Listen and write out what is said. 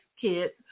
kids